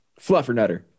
Fluffernutter